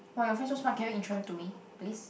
wah your friend so smart can you intro him to me please